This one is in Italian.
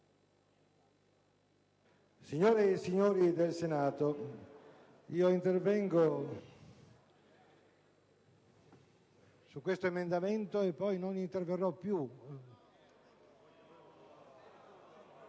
Signore e signori del Senato, intervengo su questo emendamento e poi non interverrò più.